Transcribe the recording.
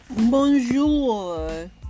bonjour